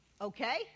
okay